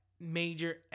major